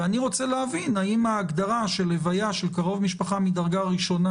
אני רוצה להבין האם ההגדרה של הלוויה של קרוב משפחה מדרגה ראשונה